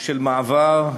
של מעבר,